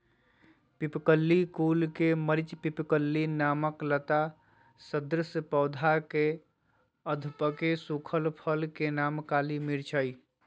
पिप्पली कुल के मरिचपिप्पली नामक लता सदृश पौधा के अधपके सुखल फल के नाम काली मिर्च हई